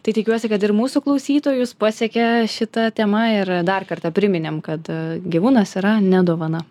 tai tikiuosi kad ir mūsų klausytojus pasiekė šita tema ir dar kartą priminėm kad gyvūnas yra ne dovana